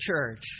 church